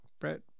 Brett